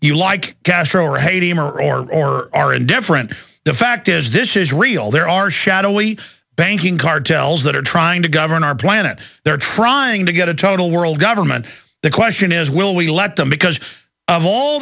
you like castro or haiti or are or are indifferent the fact is this is real there are shadowy banking cartels that are trying to govern our planet they're trying to get a total world government the question is will we let them because of all